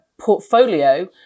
portfolio